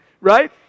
right